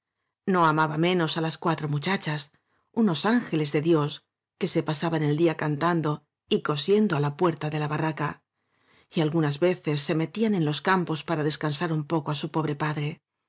no amaba menos á las cuatro mu chachas unos ángeles de dios que se pasaban el día cantando y cosiendo á la puerta de la barraca y algunas veces se metían en los campos para descansar un poco á su pobre padre